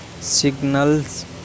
signals